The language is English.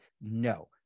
no